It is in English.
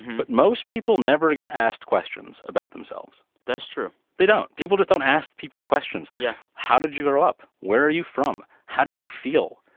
but most people never get asked questions about themselves that's true they don't. people just don't ask people questions. yeah how did you grow up? where are you from? how do you feel?